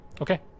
Okay